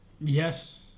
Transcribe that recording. yes